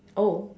oh